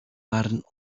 waren